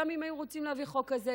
גם אם היו רוצים להביא חוק כזה,